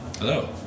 Hello